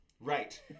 Right